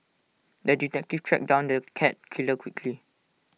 the detective tracked down the cat killer quickly